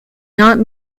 not